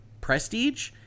prestige